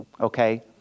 okay